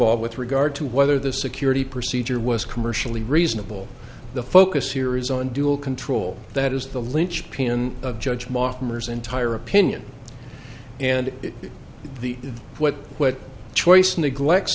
all with regard to whether the security procedure was commercially reasonable the focus here is on dual control that is the linchpin of judge mommer is entire opinion and the what what choice neglect